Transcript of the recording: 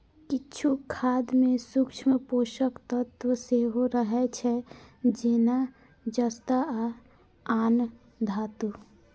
किछु खाद मे सूक्ष्म पोषक तत्व सेहो रहै छै, जेना जस्ता आ आन धातु